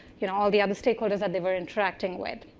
you know, all the other stakeholders that they were interacting with.